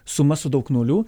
suma su daug nulių